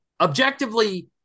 Objectively